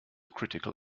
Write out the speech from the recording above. critical